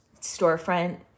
storefront